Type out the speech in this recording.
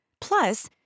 Plus